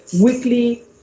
weekly